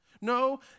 No